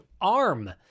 ARM